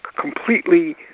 completely